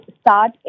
start